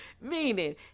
meaning